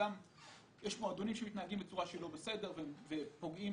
יש גם מועדונים שמתנהגים לא בסדר ופוגעים